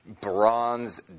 bronze